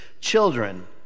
children